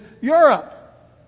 Europe